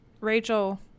Rachel